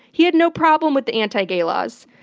he had no problem with the anti-gay laws.